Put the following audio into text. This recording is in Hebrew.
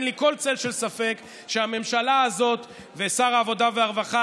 אין לי כל צל של ספק שהממשלה הזאת ושר העבודה והרווחה,